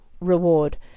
reward